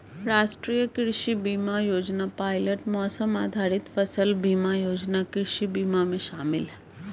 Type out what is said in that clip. राष्ट्रीय कृषि बीमा योजना पायलट मौसम आधारित फसल बीमा योजना कृषि बीमा में शामिल है